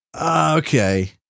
okay